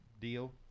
deal